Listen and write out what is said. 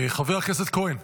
חבר הכנסת כהן,